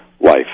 life